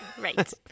right